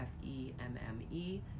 F-E-M-M-E